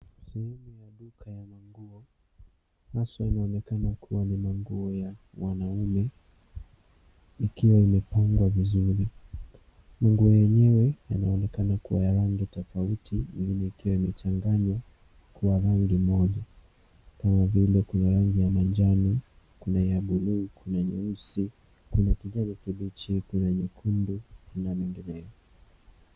Sehemu ya duka ya manguo haswa inaonekana kuwa ni manguo ya wanaume ikiwa imepangwa vizuri. Nguo yenyewe yanaonekana kuwa ya rangi tofauti. Likiwa imechanganywa kuwa rangi moja kama vile kuna rangi ya manjano, kuna ya blue , kuna nyeusi, kuna kijani kibichi, kuna nyekundu na mengineyo.